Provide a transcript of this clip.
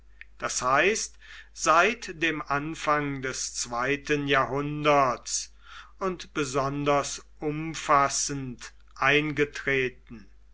das heißt seit dem anfang des zweiten jahrhunderts und besonders umfassend eingetreten